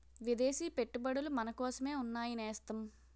విదేశీ పెట్టుబడులు మనకోసమే ఉన్నాయి నేస్తం